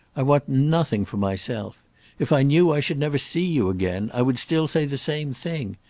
i want nothing for myself if i knew i should never see you again, i would still say the same thing.